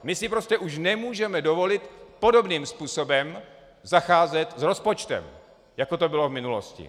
My si prostě už nemůžeme dovolit podobným způsobem zacházet s rozpočtem, jako to bylo v minulosti.